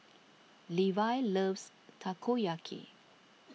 Levi loves Takoyaki